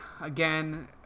again